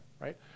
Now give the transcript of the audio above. right